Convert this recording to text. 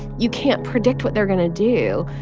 you can't predict what they're going to do.